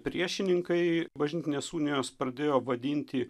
priešininkai bažnytinės unijos pradėjo vadinti